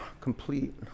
complete